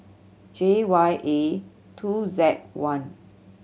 J Y A two Z one